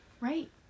right